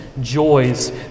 joys